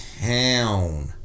town